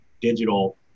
digital